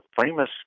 famous